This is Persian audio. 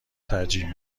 ترجیح